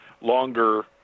longer